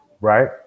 right